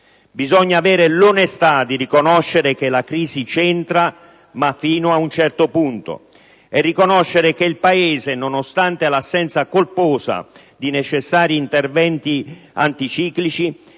Bisogna avere l'onestà di riconoscere che la crisi c'entra, ma fino ad un certo punto, e che il Paese, nonostante l'assenza colposa di necessari interventi anticiclici,